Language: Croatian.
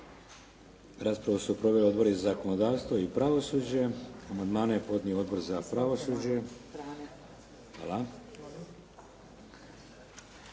Raspravu su proveli odbori za zakonodavstvo i pravosuđe. Amandmane je podnio Odbor za pravosuđe.